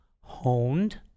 honed